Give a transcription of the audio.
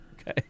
Okay